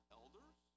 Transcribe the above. elders